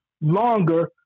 longer